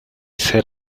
set